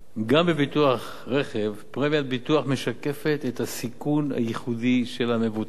גם בביטוח רכב פרמיית הביטוח משקפת את הסיכון הייחודי של המבוטח,